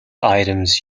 items